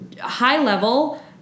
high-level